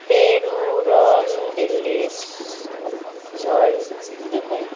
Peru Rome Delhi Seoul Dubai